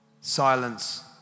Silence